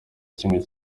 kimwe